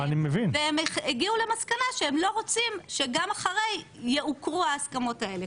והם הגיעו למסקנה שהם לא רוצים שגם אחרי יעוקרו ההסכמות האלה,